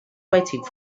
waiting